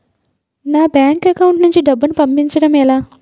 నా bank account నుంచి డబ్బును పంపించడం ఎలా?